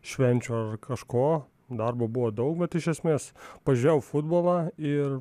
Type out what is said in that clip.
švenčių ar kažko darbo buvo daug bet iš esmės pažiūrėjau futbolą ir